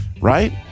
right